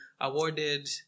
awarded